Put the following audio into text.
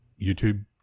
YouTube